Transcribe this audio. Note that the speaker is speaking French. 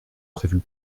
prévues